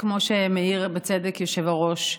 כמו שמעיר בצדק היושב-ראש,